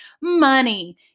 money